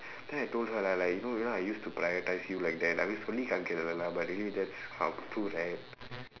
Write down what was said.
then I told her like like you know you know I used to prioritise you like that I was but really that's hard to right